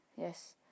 Yes